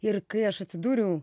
ir kai aš atsidūriau